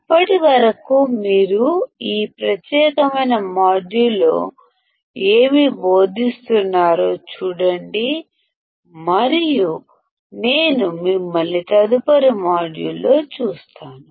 అప్పటి వరకు మీరు ఈ ప్రత్యేకమైన మాడ్యూల్లో ఏమి భోదించారో చూడండి మరియు నేను మిమ్మల్ని తదుపరి మాడ్యూల్లో చూస్తాను